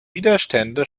widerstände